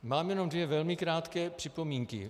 Mám jenom dvě velmi krátké připomínky.